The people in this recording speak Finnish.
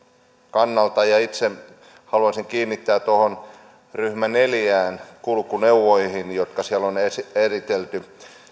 kannalta itse haluaisin kiinnittää huomiota tuohon ryhmä neljään kulkuneuvoihin jotka siellä on eritelty